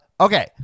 okay